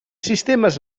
sistemes